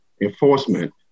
enforcement